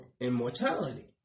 immortality